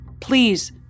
Please